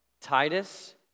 Titus